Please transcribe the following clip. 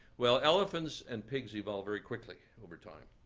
well, elephants and pigs evolve very quickly over time.